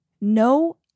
no